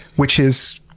which is,